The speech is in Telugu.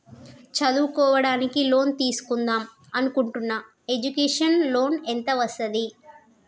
చదువుకోవడానికి లోన్ తీస్కుందాం అనుకుంటున్నా ఎడ్యుకేషన్ లోన్ ఎంత వస్తది?